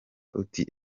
uti